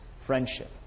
friendship